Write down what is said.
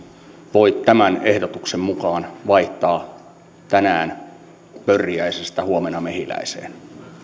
voi tämän ehdotuksen mukaan vaihtaa tänään pörriäisestä huomenna mehiläiseen